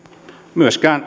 myöskään